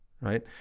right